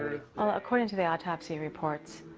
and according to the autopsy report,